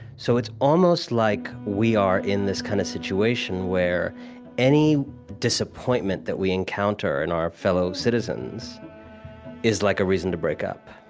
so it's almost like we are in this kind of situation where any disappointment that we encounter in our fellow citizens is like a reason to break up.